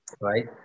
right